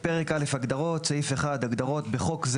הגדרות 1. בחוק זה